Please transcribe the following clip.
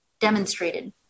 demonstrated